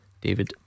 David